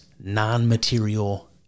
non-material